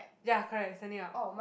ya correct standing up